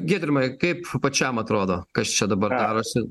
giedrimai kaip pačiam atrodo kas čia dabar darosi